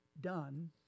done